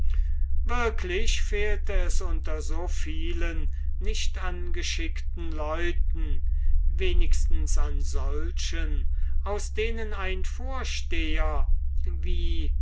wirklich fehlte es unter so vielen nicht an geschickten leuten wenigstens an solchen aus denen ein vorsteher wie